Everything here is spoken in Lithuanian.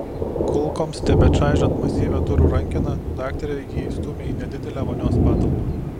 kulkoms tebečaižant masyvią durų rankeną daktarė jį įstūmė į nedidelę vonios patalpą